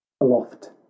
aloft